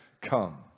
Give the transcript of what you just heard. come